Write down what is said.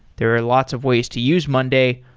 there are lots of ways to use monday,